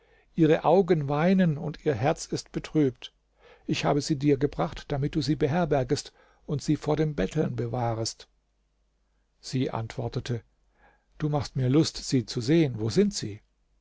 ihre augen weinen und ihr herz ist betrübt ich habe sie dir gebracht damit du sie beherbergest und sie vor dem betteln bewahrest sie antwortete du machst mir lust sie zu sehen wo sind sie